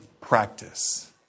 practice